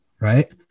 right